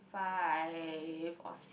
five or six